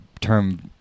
term